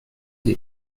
the